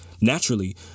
Naturally